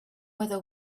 whether